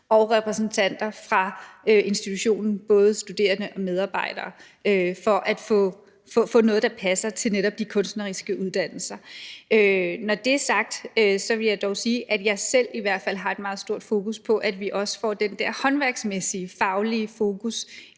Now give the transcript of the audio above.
og repræsentanter for institutionen – både studerende og medarbejdere – for at få noget, der passer til netop de kunstneriske uddannelser. Når det er sagt, vil jeg dog sige, at jeg i hvert fald selv har et meget stort fokus på, at vi også får det der håndværksmæssige faglige fokus